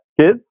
kids